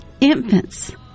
infants